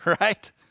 right